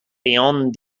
beyond